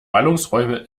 ballungsräume